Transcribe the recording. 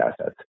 assets